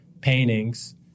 paintings